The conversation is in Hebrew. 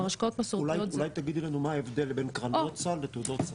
אולי תגידי לנו מה ההבדל בין קרנות סל לתעודות סל.